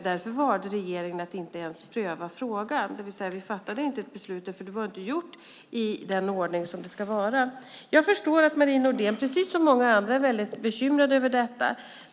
Därför valde regeringen att inte ens pröva frågan, det vill säga vi fattade inte beslut därför att det inte hade skett i den ordning som det ska. Jag förstår att Marie Nordén, precis som många andra, är väldigt bekymrad över detta.